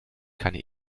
keine